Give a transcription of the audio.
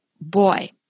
Boy